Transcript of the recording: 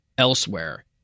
Elsewhere